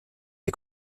des